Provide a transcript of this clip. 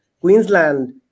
Queensland